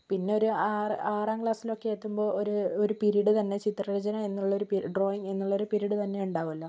പിന്നൊരു ആറ് ആറാം ക്ലാസിലൊക്കെ എത്തുമ്പോൾ ഒരു ഒരു പിരീഡ് തന്നെ ചിത്രരചന എന്നുള്ളൊരു പിരി ഡ്രോയിങ് എന്നുള്ളൊരു പിരീഡ് തന്നെ ഉണ്ടാകുമല്ലോ